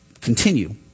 continue